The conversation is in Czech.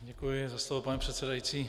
Děkuji za slovo, pane předsedající.